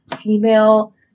female